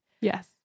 Yes